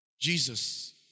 Jesus